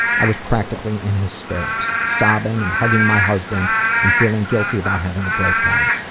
i was practically in hysterics, sobbing and hugging my husband and feeling guilty about having a breakdown.